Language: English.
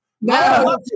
No